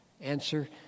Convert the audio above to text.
Answer